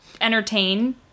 entertain